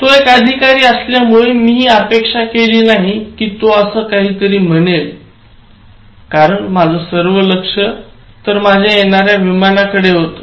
तो एक अधिकारी असल्यामुळे मी हि अपेक्षा केली नाही कि तो असं काहीतरी म्हणेल माझं सर्व लक्ष तर माझ्या येणारी विमानाकडे होत